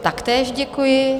Taktéž děkuji.